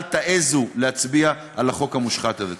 אל תעיזו להצביע בעד החוק המושחת הזה.